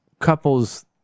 couples